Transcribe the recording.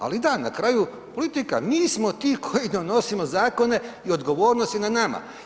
Ali da, na kraju politika, mi smo ti koji donosimo zakone i odgovornost je na nama.